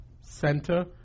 center